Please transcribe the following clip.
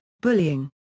bullying